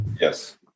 Yes